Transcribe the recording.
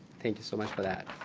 thank you so much for that.